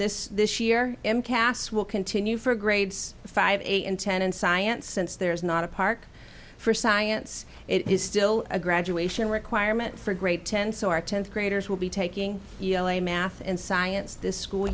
this this year impasse will continue for grades five eight and ten in science since there is not a park for science it is still a graduation requirement for grade ten so our tenth graders will be taking a math and science this school